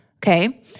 Okay